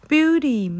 Beauty